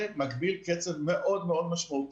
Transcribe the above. זה מגביל קצב מאוד משמעותי,